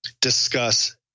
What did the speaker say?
discuss